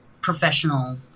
professional